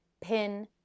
pin